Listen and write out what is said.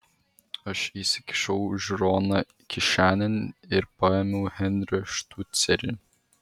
aš įsikišau žiūroną kišenėn ir paėmiau henrio štucerį